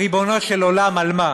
ריבונו של עולם, על מה?